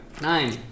Nine